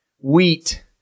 wheat